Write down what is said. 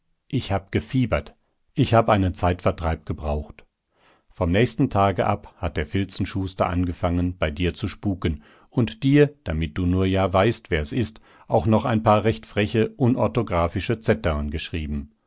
ich hab gefiebert ich hab einen zeitvertreib gebraucht vom nächsten tage ab hat der filzenschuster angefangen bei dir zu spuken und dir damit du nur ja weißt wer's ist auch noch ein paar recht freche unorthographische zetterln geschrieben